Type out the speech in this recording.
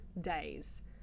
days